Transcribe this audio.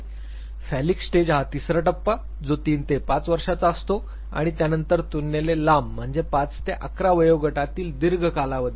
phallic stage हा तिसरा टप्पा जो ३ ते ५ वर्षाचा असतो आणि त्यानंतर तुलनेने लांब म्हणजे ५ ते ११ वयोगटातील दीर्घ कालावधी येतो